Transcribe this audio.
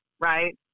Right